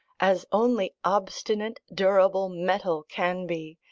as only obstinate, durable metal can be,